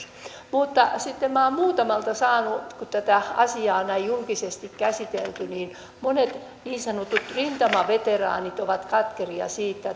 mutta sitten minä olen muutamalta saanut viestin kun tätä asiaa on näin julkisesti käsitelty että monet niin sanotut rintamaveteraanit ovat katkeria siitä